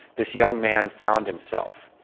this young man found himself.